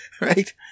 Right